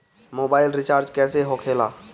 Mobile recharge कैसे होखे ला?